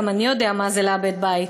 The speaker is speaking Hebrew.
גם אני יודע מה זה לאבד בית.